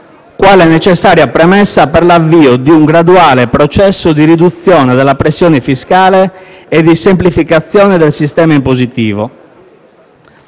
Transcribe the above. quale necessaria premessa per l'avvio di un graduale processo di riduzione della pressione fiscale e di semplificazione del sistema impositivo.